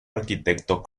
arquitecto